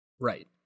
Right